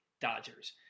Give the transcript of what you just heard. Dodgers